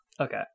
Okay